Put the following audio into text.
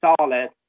solid